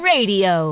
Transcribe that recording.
Radio